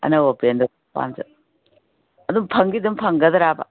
ꯑꯅꯧ ꯑꯄꯦꯟꯗꯣ ꯑꯗꯣ ꯐꯪꯗꯤ ꯑꯗꯨꯝ ꯐꯪꯒꯗ꯭ꯔꯥꯕ